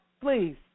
please